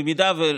במידה שיהיה,